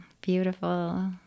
Beautiful